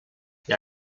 they